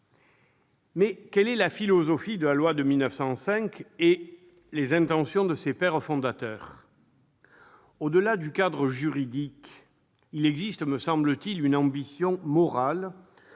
Mais quelle est la philosophie de la loi de 1905 et quelles étaient les intentions de ses pères fondateurs ? Au-delà du cadre juridique, il existe, me semble-t-il, une ambition morale